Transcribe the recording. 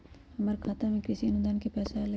हमर खाता में कृषि अनुदान के पैसा अलई?